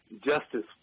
justice